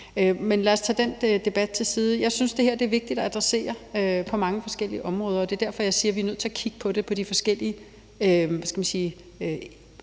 Men lad os lægge den debat til side. Jeg synes, at det her er vigtigt at adressere på mange forskellige områder, og det er derfor, jeg siger, at vi er nødt til at kigge på det på de forskellige ...